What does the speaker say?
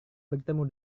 bertemu